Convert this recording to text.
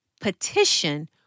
petition